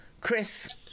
Chris